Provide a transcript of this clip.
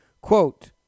Quote